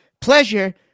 pleasure